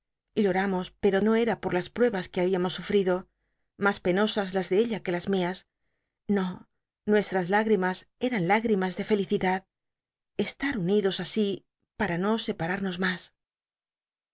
lloramos pero no era por las pruebas que habíamos sufrido mas penosas las de ella que las mias no nues as lágrimas eran jágl'imas de felicidad estar unidos asi para no separarnos mas